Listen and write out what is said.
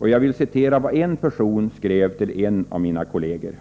Jag vill citera vad en person skrev till en av mina kolleger.